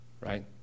right